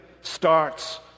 starts